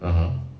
(uh huh)